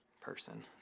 person